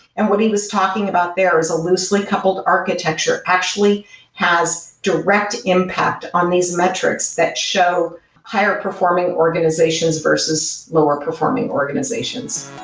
and what he was talking about there is a loosely coupled architecture actually has direct impact on these metrics that show higher performing organizations versus lower performing organizations.